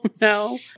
no